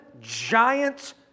giant